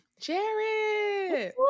Jared